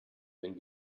wenn